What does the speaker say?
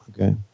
Okay